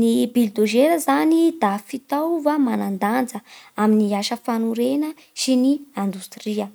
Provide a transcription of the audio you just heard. Ny bilidaozera zany da fitaova manan-daja amin'ny asa fanorena ny andistria.